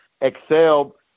excel